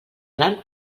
tram